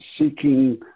seeking